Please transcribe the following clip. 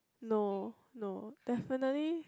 no no definitely